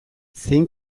zein